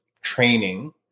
training